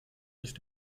nicht